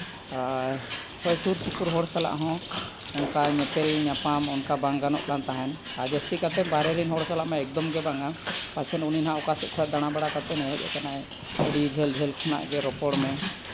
ᱦᱳᱭ ᱥᱩᱨᱼᱥᱩᱯᱩᱨ ᱦᱚᱲ ᱥᱟᱞᱟᱜ ᱦᱚᱸ ᱚᱱᱠᱟ ᱧᱮᱯᱮᱞ ᱧᱟᱯᱟᱢ ᱚᱱᱠᱟ ᱵᱟᱝ ᱜᱟᱱᱚᱜ ᱠᱟᱱ ᱛᱟᱦᱮᱸᱫ ᱟᱨ ᱡᱟᱹᱥᱛᱤ ᱠᱟᱛᱮᱫ ᱵᱟᱦᱨᱮ ᱨᱮᱱ ᱦᱚᱲ ᱥᱟᱞᱟᱜ ᱢᱟ ᱮᱠᱫᱚᱢ ᱜᱮ ᱵᱟᱝᱼᱟ ᱯᱟᱪᱷᱮᱫ ᱩᱱᱤ ᱱᱟᱜ ᱚᱠᱟ ᱥᱮᱫ ᱠᱷᱚᱱ ᱫᱟᱬᱟ ᱵᱟᱰᱟ ᱠᱟᱛᱮᱫᱼᱮ ᱦᱮᱡᱽ ᱟᱠᱟᱱᱟᱭ ᱟᱹᱰᱤ ᱡᱷᱟᱹᱞ ᱡᱷᱟᱹᱞ ᱠᱷᱚᱱᱟᱜ ᱜᱮ ᱨᱚᱯᱚᱲ ᱢᱮ